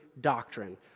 doctrine